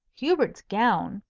hubert's gown,